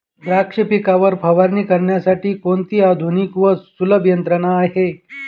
द्राक्ष पिकावर फवारणी करण्यासाठी कोणती आधुनिक व सुलभ यंत्रणा आहे?